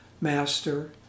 Master